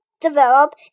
develop